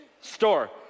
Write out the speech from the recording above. store